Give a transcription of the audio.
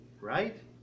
right